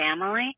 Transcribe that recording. family